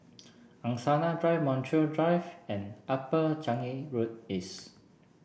Angsana Drive Montreal Drive and Upper Changi Road East